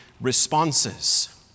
responses